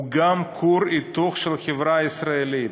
הוא גם כור היתוך של החברה הישראלית.